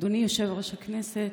אדוני יושב-ראש הכנסת,